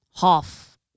half